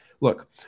look